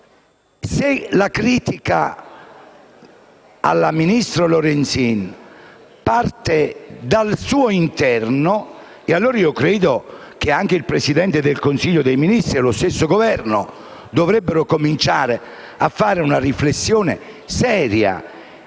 se la critica al ministro Lorenzin parte dal suo interno, credo che anche il Presidente del Consiglio dei ministri e lo stesso Governo dovrebbero cominciare a fare una riflessione seria